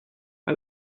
why